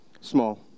small